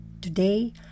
today